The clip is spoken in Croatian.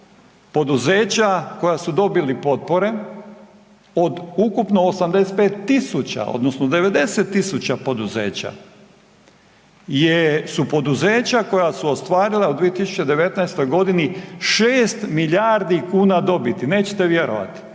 poduzeća koja su dobili potpore od ukupno 85.000 odnosno 90.000 poduzeća je, su poduzeća koja su ostvarila u 2019. godini 6 milijardi kuna dobiti, nećete vjerovati